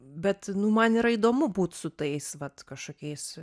bet nu man yra įdomu būti su tais vat kašokiais